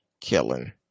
killing